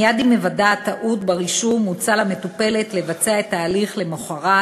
מייד עם היוודע הטעות ברישום הוצע למטופלת לבצע את ההליך למחרת,